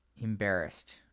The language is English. embarrassed